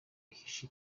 bihishe